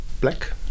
black